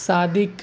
صادق